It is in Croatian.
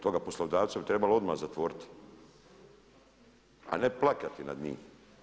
Toga poslodavca bi trebalo odmah zatvoriti a ne plakati nad njim.